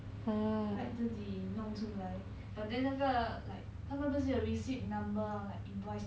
like 自己弄出来 but then 那个 like 他们不是有 receipt number like invoice